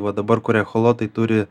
va dabar kur echolotai turi